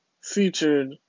featured